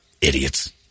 Idiots